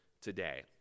today